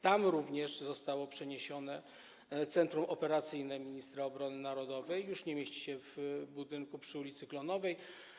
Tam również zostało przeniesione Centrum Operacyjne Ministra Obrony Narodowej, nie mieści się już w budynku przy ul. Klonowej.